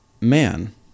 man